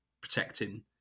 protecting